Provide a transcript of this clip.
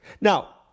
Now